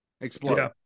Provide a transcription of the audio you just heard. explode